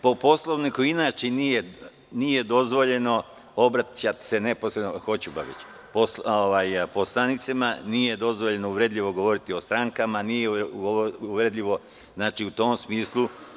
Po Poslovniku, inače, nije dozvoljeno obraćati se neposredno poslanicima, nije dozvoljeno uvredljivo govoriti o strankama, nije uvredljivo u tom smislu.